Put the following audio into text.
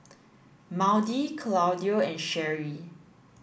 Maudie Claudio and Sherree